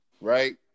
Right